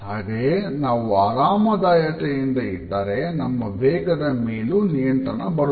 ಹಾಗೆಯೇ ನಾವು ಆರಾಮದಾಯತೆಯಿಂದ ಇದ್ದರೆ ನಮ್ಮ ವೇಗದ ಮೇಲು ನಿಯಂತ್ರಣ ಬರುತ್ತದೆ